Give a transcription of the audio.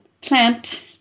plant